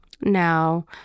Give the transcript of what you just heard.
Now